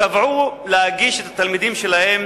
קבעו להגיש את התלמידים שלהם